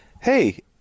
hey